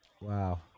Wow